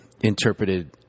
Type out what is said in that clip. interpreted